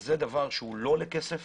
זה דבר שלא עולה כסף,